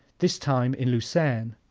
this time in lucerne.